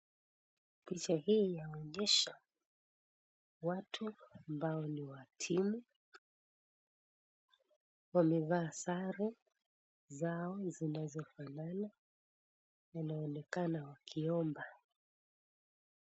Picha hii yaonyesha watu ambao ni wa timu. Wamevaa sare zao zinazofanana, wanonekana wakiomba.